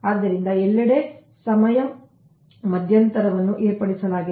ಆದ್ದರಿಂದ ಎಲ್ಲೆಡೆ ಸಮಯ ಮಧ್ಯಂತರವನ್ನು ನಿರ್ದಿಷ್ಟಪಡಿಸಲಾಗಿದೆ